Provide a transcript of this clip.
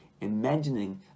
imagining